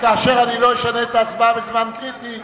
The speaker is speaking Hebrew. כאשר אני לא אשנה את ההצבעה בזמן קריטי,